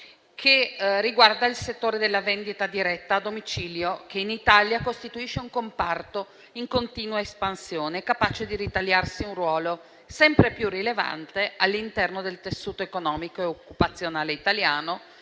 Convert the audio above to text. riguarda il settore della vendita diretta a domicilio, che in Italia costituisce un comparto in continua espansione, capace di ritagliarsi un ruolo sempre più rilevante all'interno del tessuto economico e occupazionale italiano,